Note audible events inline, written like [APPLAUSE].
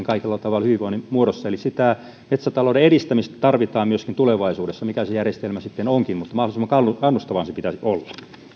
[UNINTELLIGIBLE] kaikella tavalla hyvinvoinnin muodossa eli sitä metsätalouden edistämistä tarvitaan myöskin tulevaisuudessa mikä se järjestelmä sitten onkin niin mahdollisimman kannustava sen pitäisi olla